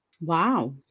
Wow